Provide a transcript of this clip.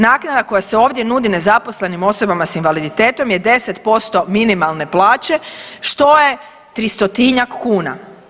Naknada koja se ovdje nudi nezaposlenim osobama s invaliditetom je 10% minimalne plaće, što je 300-tinjak kuna.